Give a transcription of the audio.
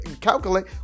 calculate